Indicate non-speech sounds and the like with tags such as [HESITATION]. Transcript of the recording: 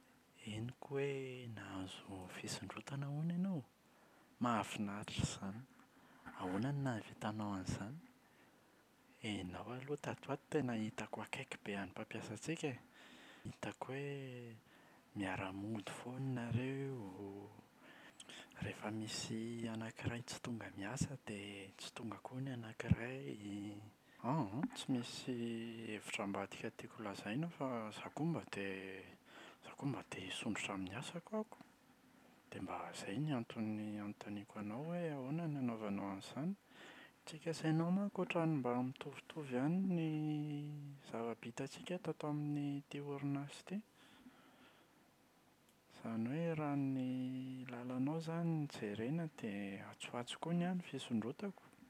Henoko hoe nahazo fisondrotana hono ianao? Mahafinaritra izany! Ahoana no nahavitanao an’izany? Ianao aloha tato ho ato tena hitako akaiky be an’ny mpampiasantsika e! Hitako hoe [HESITATION] miara-mody foana nareo, rehefa misy anakiray tsy tonga miasa dia tsy tonga koa ny anakiray. An an an, tsy misy [HESITATION] hevitra ambadika tiako lazaina fa izaho koa mba te [HESITATION] izaho koa mba te hisondrotra amin’ny asako aho koa. Dia mba izay no antony anontaniako anao hoe ahoana ny anaovanao an’izany? Tsika sy ianao manko ohatra ny mba mitovitovy ihany ny [HESITATION] zava-bitantsika tato amin’ny [HESITATION] ity orinasa ity, izany hoe raha ny lalanao izany no jerena dia atsy ho atsy koa ny ahy ny fisondrotako.